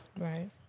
Right